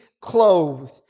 clothed